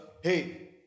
hey